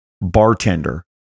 bartender